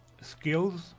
skills